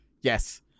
Yes